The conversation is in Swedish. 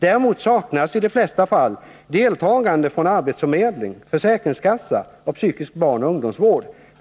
Däremot saknas i de flesta fall deltagande från arbetsförmedling, försäkringskassa och psykisk barnoch ungdomsvård.